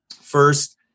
first